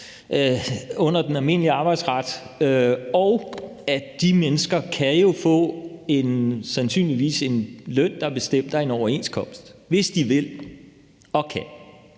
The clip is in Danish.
under den almindelige arbejdsret, og de mennesker, kan jo sandsynligvis få en løn, der er bestemt af en overenskomst, hvis de vil og kan;